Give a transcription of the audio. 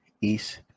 East